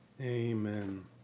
Amen